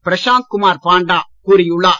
பிரசாந்த் குமார் பாண்டா கூறியுள்ளார்